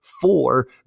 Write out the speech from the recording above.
four